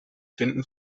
finden